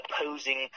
opposing